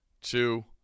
two